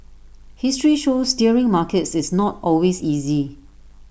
history shows steering markets is not always easy